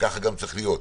וככה גם צריך להיות.